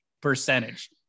percentage